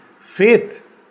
Faith